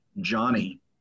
Johnny